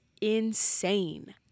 insane